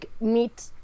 meet